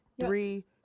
three